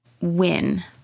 win